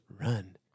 run